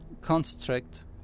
construct